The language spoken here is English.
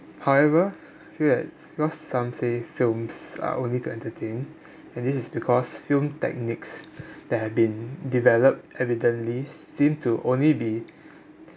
however I feel that because some say films are only to entertain and this is because film techniques that have been developed evidently seem to only be